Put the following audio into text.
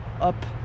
up